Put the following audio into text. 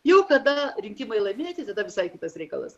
jau kada rinkimai laimėti tada visai kitas reikalas